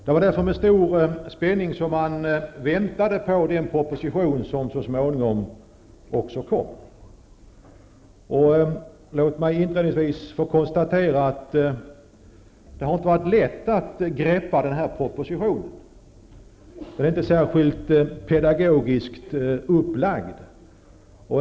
Det var därför med stor spänning som man väntade på den proposition som så småningom också lades fram. Låt mig inledningsvis konstatera att det inte har varit lätt att få något grepp om den här propositionen. Den är inte särskilt pedagogiskt upplagd.